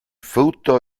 frutto